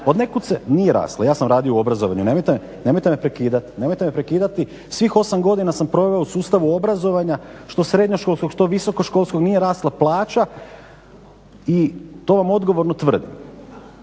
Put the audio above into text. …nije rasla, ja sam radio u obrazovanju, nemojte me prekidati. Svih 8 godina sam proveo u sustavu obrazovanja, što srednjoškolskog, što visokoškolskog, nije rasla plaća i to vam odgovorno tvrdim.